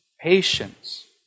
patience